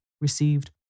received